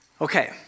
Okay